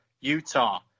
Utah